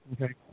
okay